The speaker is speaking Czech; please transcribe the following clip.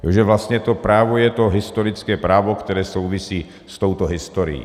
Že vlastně to právo je to historické právo, které souvisí s touto historií.